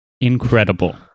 incredible